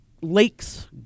lakes